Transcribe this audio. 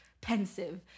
pensive